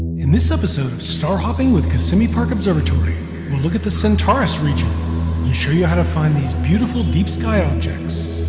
in this episode of star hopping with kissimmee park observatory, we'll look at the centaurus region, and show you how to find these beautiful deep sky objects